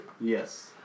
Yes